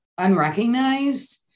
unrecognized